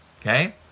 Okay